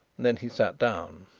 then he sat down.